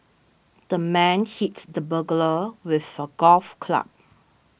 the man hits the burglar with a golf club